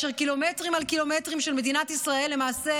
כאשר קילומטרים על קילומטרים של מדינת ישראל למעשה